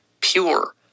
pure